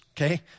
okay